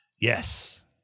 Yes